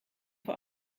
vor